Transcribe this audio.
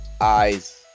eyes